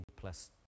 plus